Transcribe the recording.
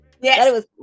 Yes